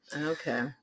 Okay